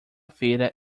feira